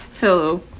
Hello